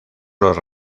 los